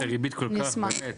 אני אשמח.